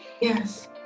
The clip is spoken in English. Yes